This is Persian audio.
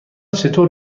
چطور